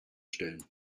stellen